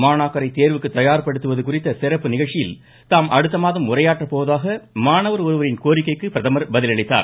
மாணாக்கரை தேர்வுக்கு தயார்படுத்துவது குறித்த சிறப்பு நிகழ்ச்சியில் தாம் அடுத்த மாதம் உரையாற்றப் போவதாக மாணவர் ஒருவரின் கோரிக்கைக்கு பிரதமர் பதிலளித்தார்